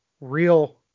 real